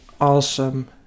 awesome